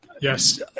Yes